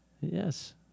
Yes